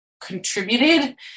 contributed